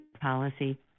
policy